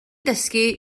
dysgu